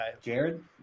Jared